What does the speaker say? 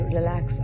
relax